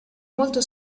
molto